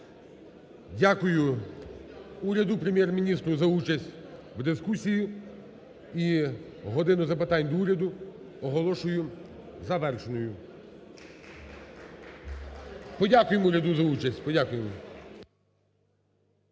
Дякую уряду, Прем'єр-міністру за участь в дискусії, і "годину запитань до Уряду" оголошую завершеною. Подякуємо уряду за участь.